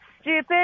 stupid